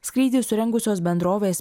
skrydį surengusios bendrovės